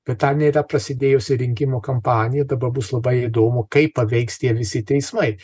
bet dar nėra prasidėjusi rinkimų kampanija dabar bus labai įdomu kaip paveiks tie visi teismai